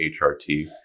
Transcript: HRT